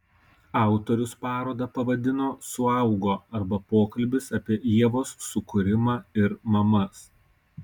autorius parodą pavadino suaugo arba pokalbis apie ievos sukūrimą ir mamas